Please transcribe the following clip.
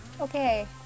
Okay